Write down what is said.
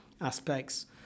aspects